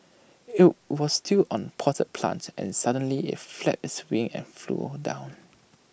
IT was still on potted plant and suddenly IT flapped its wings and flew down